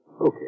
Okay